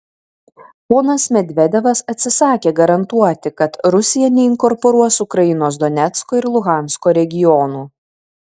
ponas medvedevas atsisakė garantuoti kad rusija neinkorporuos ukrainos donecko ir luhansko regionų